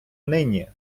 нині